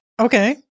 Okay